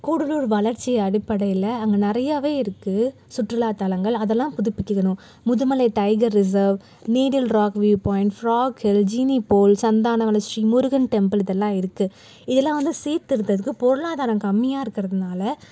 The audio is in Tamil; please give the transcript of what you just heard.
கூடலூர் வளர்ச்சி அடிப்படையில் அங்கே நிறையாவே இருக்குது சுற்றுலாத்தலங்கள் அதெல்லாம் புதுப்பிக்கணும் Mudumalai tiger reserve needle rock view point frog hill ஜீனி போல் சந்தானவளர்ச்சி முருகன் டெம்பிள் இதெல்லா இருக்குது இதெல்லாம் வந்து சீர்த்திருத்துகிறதுக்கு பொருளாதாரம் கம்மியாக இருக்கிறதுனால